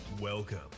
Welcome